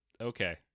Okay